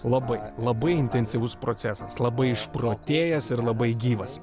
labai labai intensyvus procesas labai išprotėjęs ir labai gyvas